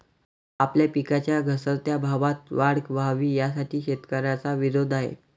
आपल्या पिकांच्या घसरत्या भावात वाढ व्हावी, यासाठी शेतकऱ्यांचा विरोध आहे